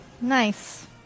Nice